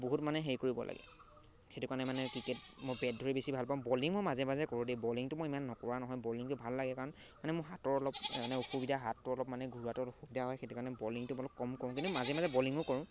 বহুত মানে হেৰি কৰিব লাগে সেইটো কাৰণে মানে ক্ৰিকেট মই বেট ধৰি বেছি ভাল পাওঁ বলিঙো মাজে মাজে কৰোঁ দেই বলিঙটো মই ইমান নকৰা নহয় বলিংটো ভাল লাগে কাৰণ মানে মোৰ হাতৰ অলপ মানে অসুবিধা হাতটো অলপ মানে ঘূৰোৱাটো অসুবিধা হয় সেইটো কাৰণে বলিঙটো অলপ কম কৰোঁ কিন্তু মাজে মাজে বলিঙো কৰোঁ